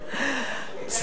יהב,